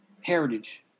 heritage